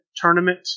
tournament